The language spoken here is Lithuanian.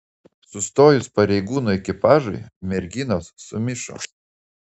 sustojus pareigūnų ekipažui merginos sumišo